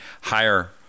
higher